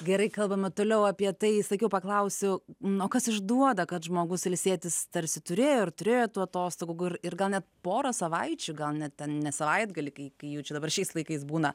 gerai kalbam toliau apie tai sakiau paklausiu nu o kas išduoda kad žmogus ilsėtis tarsi turėjo ir turėjo tų atostogų ir gal net porą savaičių gal net ten ne savaitgalį kai kai jau čia dabar šiais laikais būna